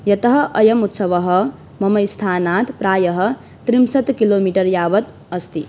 यतः अयमुत्सवः मम स्थानात् प्रायः त्रिंशत् किलोमीटर् यावत् अस्ति